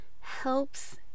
helps